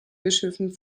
bischöfen